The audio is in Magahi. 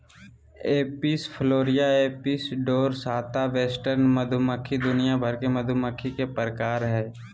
Apis florea, Apis dorsata, western मधुमक्खी दुनिया भर के मधुमक्खी के प्रकार हय